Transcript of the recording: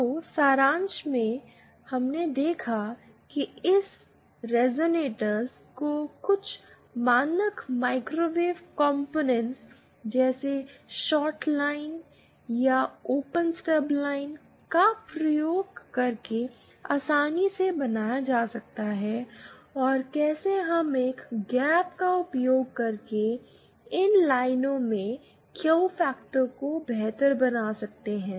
तो सारांश में हमने देखा कि कैसे रेज़ोनरेटर्स को कुछ मानक माइक्रोवेव कॉम्पोनेंट्स जैसे शॉर्ट लाइन या ओपन स्टब लाइन्स का उपयोग करके आसानी से बनाया जा सकता है और कैसे हम एक गैप का उपयोग करके इन लाइनों के क्यू फैक्टर को बेहतर बना सकते हैं